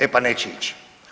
E pa neće ići.